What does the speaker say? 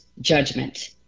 judgment